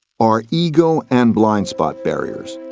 our ego and blind spot barriers.